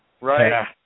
Right